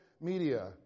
media